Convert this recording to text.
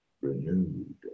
renewed